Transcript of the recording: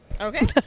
okay